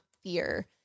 fear